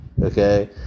Okay